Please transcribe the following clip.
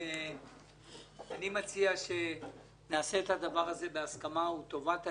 אני מציע שנעשה את הדבר הזה בהסכמה ולטובת העניין.